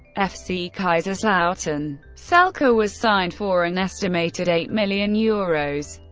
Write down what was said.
fc kaiserslautern. selke ah was signed for an estimated eight million euros,